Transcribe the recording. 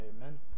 Amen